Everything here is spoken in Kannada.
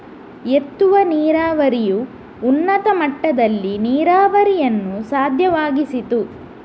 ಎತ್ತುವ ನೀರಾವರಿಯು ಉನ್ನತ ಮಟ್ಟದಲ್ಲಿ ನೀರಾವರಿಯನ್ನು ಸಾಧ್ಯವಾಗಿಸಿತು